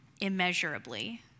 immeasurably